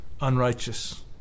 unrighteous